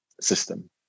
system